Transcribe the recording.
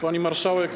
Pani Marszałek!